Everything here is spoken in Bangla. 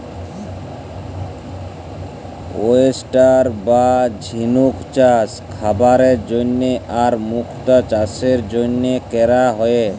ওয়েস্টার বা ঝিলুক চাস খাবারের জন্হে আর মুক্ত চাসের জনহে ক্যরা হ্যয়ে